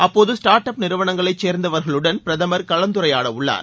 அப்போது start up நிறுனங்களைச் சேர்ந்தவர்களுடன் பிரதமர் கலந்துரையாடவுள்ளார்